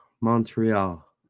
Montreal